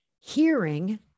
hearing